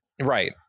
right